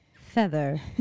feather